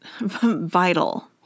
vital